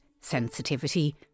sensitivity